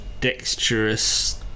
dexterous